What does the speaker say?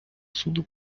суду